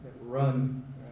run